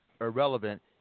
irrelevant